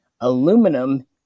aluminum